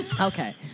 Okay